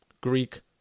Greek